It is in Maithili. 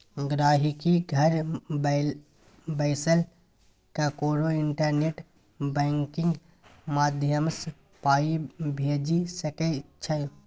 गांहिकी घर बैसल ककरो इंटरनेट बैंकिंग माध्यमसँ पाइ भेजि सकै छै